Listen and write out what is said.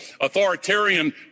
authoritarian